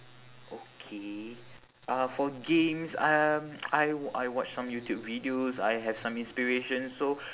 okay uh for games um I w~ I watch some youtube videos I have some inspiration so